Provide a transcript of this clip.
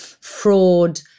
fraud